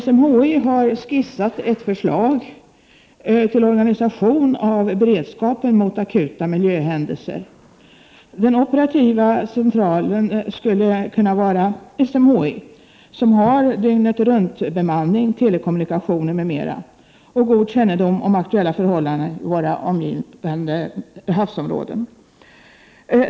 SMHI har skissat ett förslag till organisation av beredskapen mot akuta miljöhändelser. Den operativa centralen skulle kunna vara SMHI, som har dygnet-runt-bemanning, telekommunikationer m.m. och god kännedom om aktuella förhållanden i våra omgivande havsområden.